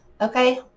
Okay